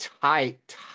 tight